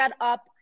up